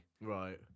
Right